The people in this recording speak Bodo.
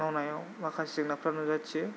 मावनायाव माखासे जेंनाफोरा नुजाथियो